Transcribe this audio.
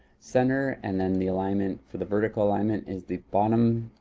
center and then the alignment for the vertical alignment is the bottom